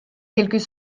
quelques